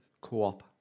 co-op